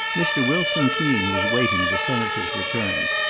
mr. wilson keen was waiting the senator's return,